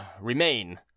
remain